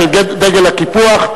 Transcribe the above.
של דגל הקיפוח: